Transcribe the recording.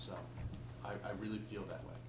so i really feel that way